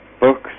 books